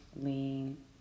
lean